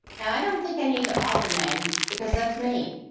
now i don't think i need the author name, because that's me.